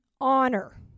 Honor